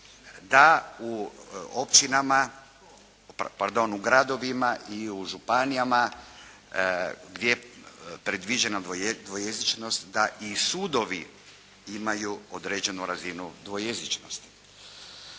da u općinama, pardon u gradovima i u županijama gdje je predviđena dvojezičnost, da i sudovi imaju određenu visinu dvojezičnosti.